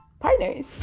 partners